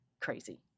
crazy